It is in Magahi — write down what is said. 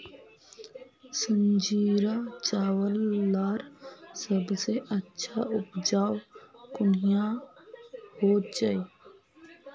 संजीरा चावल लार सबसे अच्छा उपजाऊ कुनियाँ होचए?